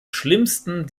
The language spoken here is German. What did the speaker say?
schlimmsten